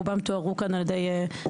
רובם גם תוארו כאן על ידי החברים.